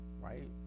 right